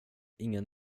ingen